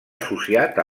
associat